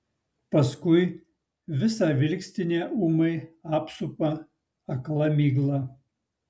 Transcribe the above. paskui visą vilkstinę ūmai apsupa akla migla